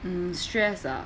mm stress ah